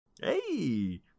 Hey